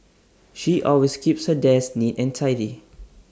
she always keeps her desk neat and tidy